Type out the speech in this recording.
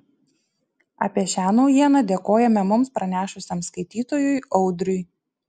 apie šią naujieną dėkojame mums pranešusiam skaitytojui audriui